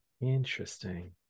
interesting